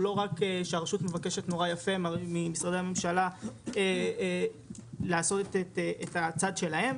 לא שהרשות מבקשת נורא יפה ממשרדי הממשלה לעשות את הצד שלהם.